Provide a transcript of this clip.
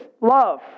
love